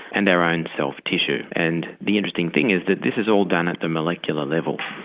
and their own self-tissue, and the interesting thing is that this is all done at the molecular level.